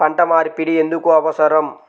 పంట మార్పిడి ఎందుకు అవసరం?